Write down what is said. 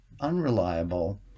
unreliable